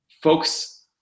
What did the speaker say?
folks